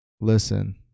listen